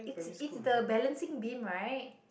it's the balancing beam right